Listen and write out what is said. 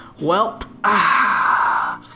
Welp